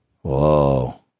Whoa